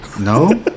No